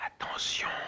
Attention